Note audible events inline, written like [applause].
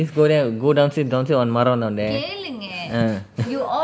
you just go there go மரம் நடு:maram nadu ah [laughs]